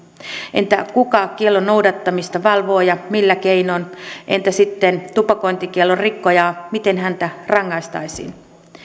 entä kuka kiellon noudattamista valvoo ja millä keinoin entä sitten tupakointikiellon rikkoja miten häntä rangaistaisiin